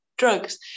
drugs